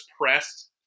pressed